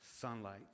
sunlight